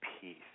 peace